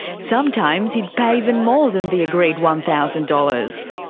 sometimes he'd pay even more then the agreed one thousand dollars.